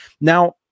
Now